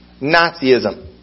Nazism